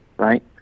right